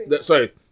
sorry